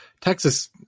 Texas